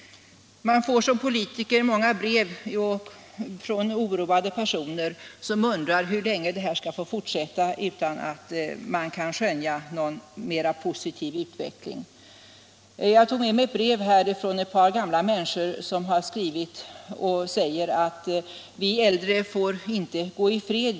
Man får som politiker många brev från oroade personer som undrar om det här skall få fortsätta utan att samhället reagerar. Jag tog med mig ett brev från ett par gamla människor, som skriver: Vi äldre får inte gå i fred.